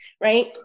right